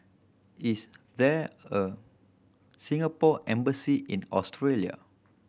is there a Singapore Embassy in Australia